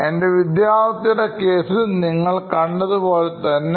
എൻറെ വിദ്യാർഥിയുടെ കേസിൽ നിങ്ങൾ കണ്ടഅതേപോലെതന്നെ